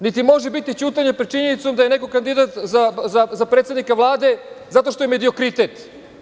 Niti može biti ćutanje pred činjenicom da je neko kandidat za predsednika Vlade, zato što je mediokritet.